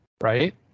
right